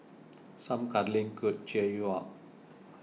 some cuddling could cheer you up